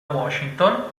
washington